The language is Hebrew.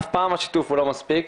אף פעם השיתוף הוא לא מספיק.